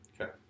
Okay